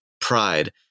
pride